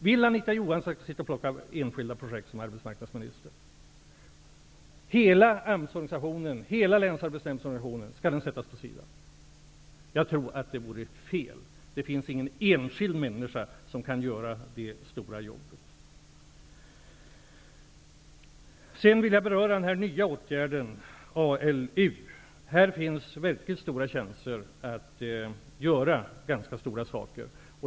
Vill Anita Johansson att jag som arbetsmarknadsminister skall plocka fram enskilda projekt? Skall hela oranisationen med AMS och Länsarbetsnämnderna sättas åt sidan? Jag tror att det vore fel. Ingen enskild människa kan göra det stora jobbet. Jag vill även beröra den nya åtgärden -- ALU. Här finns verkligt stora chanser att göra ganska stora saker.